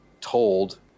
told